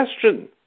question